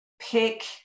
pick